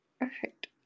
perfect